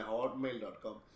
Hotmail.com